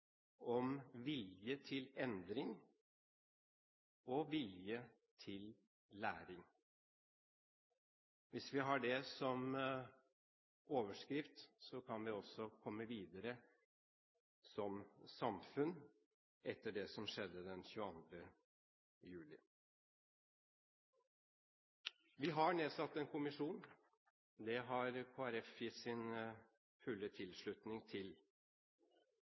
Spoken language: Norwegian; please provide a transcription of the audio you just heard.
om vilje til endring og vilje til læring. Hvis vi har det som overskrift, kan vi også komme videre som samfunn etter det som skjedde den 22. juli. Vi har nedsatt en kommisjon. Det har Kristelig Folkeparti gitt sin fulle tilslutning til.